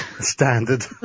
Standard